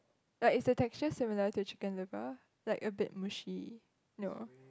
like is the texture similar to chicken liver like a bit mushy no